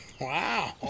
Wow